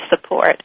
support